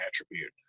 attribute